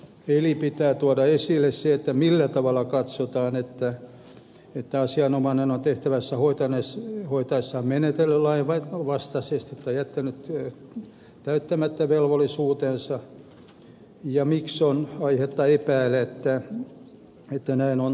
eli pitää tuoda esille se millä tavalla katsotaan että asianomainen on tehtävää hoitaessaan menetellyt lain vastaisesti tai jättänyt täyttämättä velvollisuutensa ja miksi on aihetta epäillä että näin on tapahtunut